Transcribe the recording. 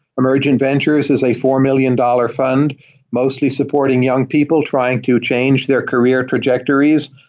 emergent ventures is a four million dollars fund mostly supporting young people trying to change their career trajectories,